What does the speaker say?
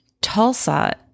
Tulsa